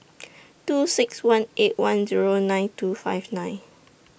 two six one eight one Zero nine two five nine